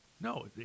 No